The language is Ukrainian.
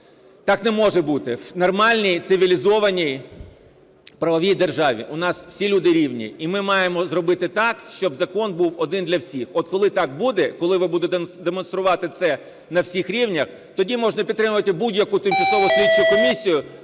Так не може бути в нормальній цивілізованій правовій державі. У нас всі люди рівні. І ми маємо зробити так, щоб закон був один для всіх. От коли так буде, коли ви будете демонструвати це на всіх рівнях, тоді можна підтримувати будь-яку тимчасову слідчу комісію.